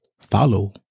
follow